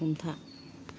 हमथा